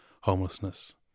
homelessness